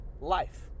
life